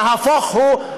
נהפוך הוא,